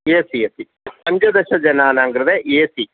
A C A C पञ्चदशजनानां कृते A C